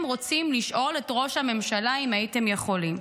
רוצים לשאול את ראש הממשלה אם הייתם יכולים?